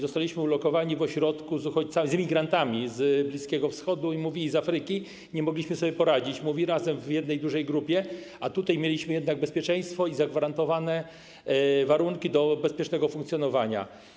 Zostaliśmy ulokowani w ośrodku z uchodźcami, imigrantami z Bliskiego Wschodu i z Afryki - mówią - i nie mogliśmy sobie poradzić razem w jednej dużej grupie, a tutaj mieliśmy jednak bezpieczeństwo i zagwarantowane warunki bezpiecznego funkcjonowania.